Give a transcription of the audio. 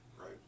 right